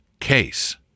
case